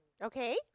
Okay